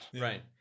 right